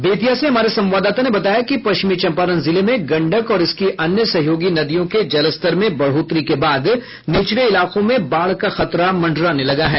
बेतिया से हमारे संवाददाता ने बताया कि पश्चिमी चंपारण जिले में गंडक और इसकी अन्य सहयोगी नदियों के जलस्तर में बढ़ोतरी के बाद निचले इलाकों में बाढ़ का खतरा मंडराने लगा है